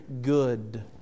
good